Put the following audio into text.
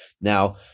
Now